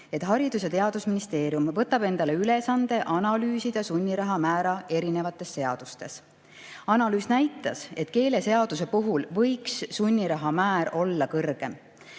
et Haridus‑ ja Teadusministeerium võtab endale ülesandeks analüüsida sunniraha määra erinevates seadustes. Analüüs näitas, et keeleseaduse puhul võiks sunniraha määr olla kõrgem.